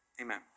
Amen